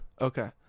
Okay